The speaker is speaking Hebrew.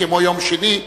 כמו יום שני,